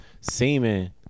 semen